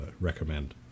recommend